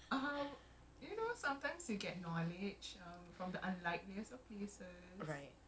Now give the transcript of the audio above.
I don't know ah if I should be like like impressed or disturbed or what